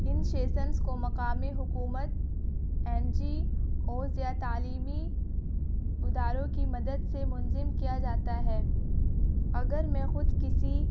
ان شیسنس کو مقامی حکومت این جی اوز یا تعلیمی اداروں کی مدد سے منظم کیا جاتا ہے اگر میں خود کسی